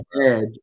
head